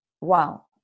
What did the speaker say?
wow